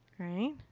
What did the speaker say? alright.